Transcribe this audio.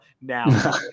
now